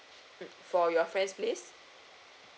mm for your friend's place